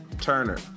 Turner